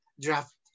draft